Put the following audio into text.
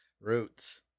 roots